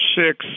six